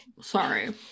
sorry